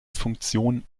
funktion